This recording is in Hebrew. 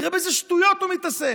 תראה באיזה שטויות הוא מתעסק.